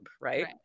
right